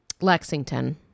Lexington